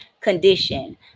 condition